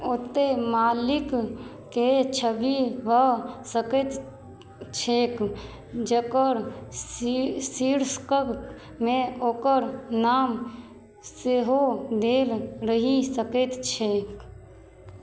ओतेक मालिकके छवि भऽ सकैत छै जकर शीर शीर्षकमे ओकर नाम सेहो देल रहि सकैत छै